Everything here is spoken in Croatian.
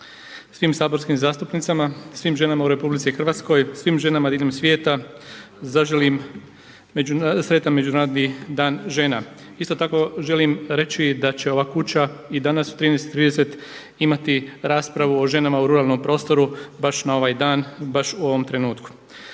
svim saborskim zastupnicama, svim ženama u RH, svim ženama diljem svijeta zaželim sretan Međunarodni dan žena. Isto tako želim reći da će ova kuća i danas u 13,30 imati raspravu o ženama u ruralnom prostoru baš na ovaj dan, baš u ovom trenutku.